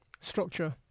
structure